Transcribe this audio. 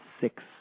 six